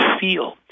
feel